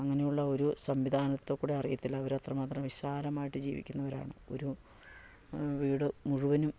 അങ്ങനെയുള്ള ഒരു സംവിധാനത്തെ കൂടെ അറിയത്തില്ല അവർ എത്ര മാത്രം വിശാലമായിട്ട് ജീവിക്കുന്നവരാണ് ഒരു വീട് മുഴുവനും